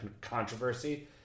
controversy